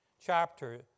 chapter